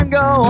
go